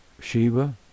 Shiva